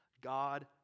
God